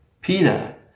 Peter